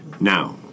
Now